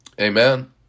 Amen